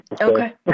Okay